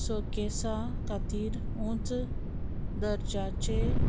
सोकेसा खातीर ऊंच दर्जाचें